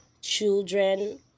children